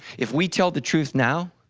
if we tell the truth now,